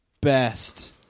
best